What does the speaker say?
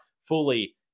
fully